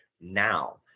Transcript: now